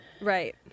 right